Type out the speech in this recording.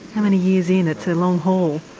how many years in? it's a long haul.